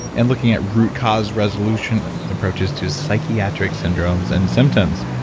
and looking at root cause resolution approaches to psychiatric syndromes and symptoms.